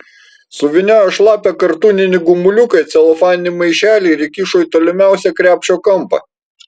suvyniojo šlapią kartūninį gumuliuką į celofaninį maišelį ir įkišo į tolimiausią krepšio kampą